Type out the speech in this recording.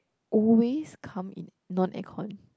always come in non air con